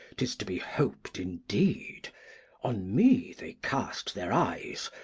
tis to be hop'd indeed on me they cast their eyes,